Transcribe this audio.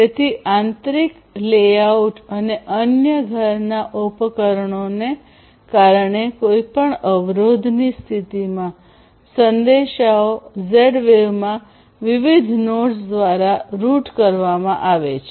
તેથી આંતરિક લેઆઉટ અને અન્ય ઘરનાં ઉપકરણોને કારણે કોઈપણ અવરોધની સ્થિતિમાં સંદેશાઓ ઝેડ વેવમાં વિવિધ નોડ્સ દ્વારા રૂટ કરવામાં આવે છે